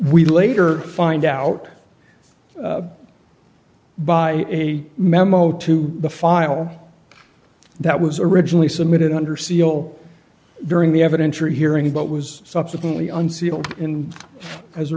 we later find out by a memo to the file that was originally submitted under seal during the evidence or hearing but was subsequently unsealed in as a